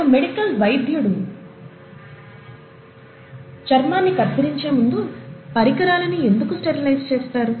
ఒక మెడికల్ వైద్యుడు చర్మాన్ని కత్తిరించేముందు పరికరాలని ఎందుకు స్టెరిలైజ్ చేస్తారు